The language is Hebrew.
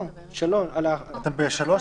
אנחנו ב-(3).